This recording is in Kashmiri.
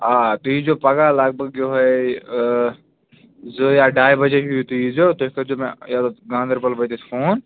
آ تُہۍ ییٖزیٚو پَگہہ لگ بگ یِہوے زٕ یا ڈاے بَجے ہیٚو تُہۍ ییٖزیٚو تُہۍ کٔرزیٚو مےٚ یوٚتتھ گاندَربَل وٲتتھ فون